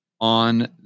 on